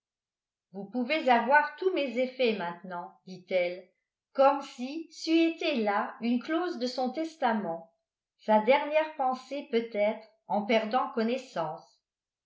vous pouvez avoir tous mes effets maintenant dit-elle comme si c'eût été là une clause de son testament sa dernière pensée peut-être en perdant connaissance